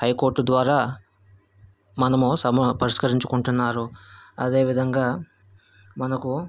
high court ద్వారా మనము సమూహ పరిష్కరించుకుంటున్నారు అదేవిధంగా మనకు